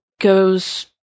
goes